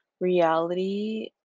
reality